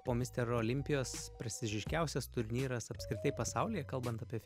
po misterio olimpijos prestižiškiausias turnyras apskritai pasaulyje kalbant apie